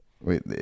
Wait